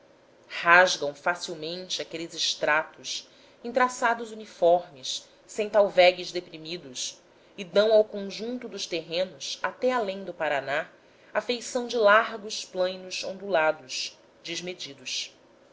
rasgam facilmente aqueles estratos em traçados uniformes sem talvegues deprimidos e dão ao conjunto dos terrenos até além do paraná a feição de largos plainos ondulados desmedidos